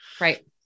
Right